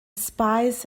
spies